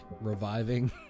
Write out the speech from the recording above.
reviving